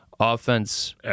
Offense